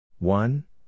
One